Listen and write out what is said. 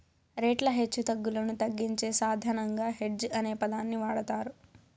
రేట్ల హెచ్చుతగ్గులను తగ్గించే సాధనంగా హెడ్జ్ అనే పదాన్ని వాడతారు